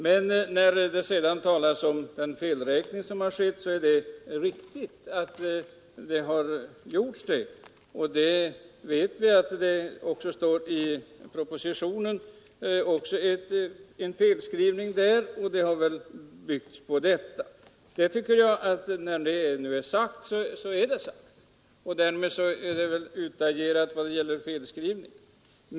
Det är riktigt som sades att det har gjorts en felräkning. Vi vet att det också finns en felskrivning i propositionen, och uppgifterna har väl byggt på den. När nu detta är sagt, tycker jag att detta med felskrivningen bör vara utagerat.